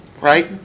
Right